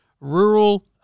rural